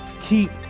Keep